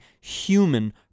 human